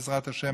בעזרת ה',